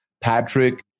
Patrick